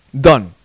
done